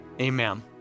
amen